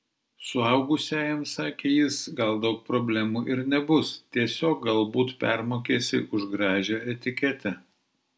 suaugusiajam sakė jis gal daug problemų ir nebus tiesiog galbūt permokėsi už gražią etiketę